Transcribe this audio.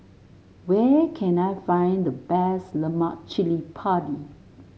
where can I find the best Lemak Cili Padi